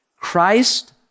Christ